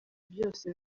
byose